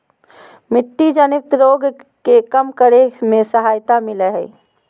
मिट्टी जनित रोग के कम करे में सहायता मिलैय हइ